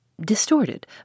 Distorted